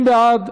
50 בעד,